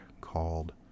called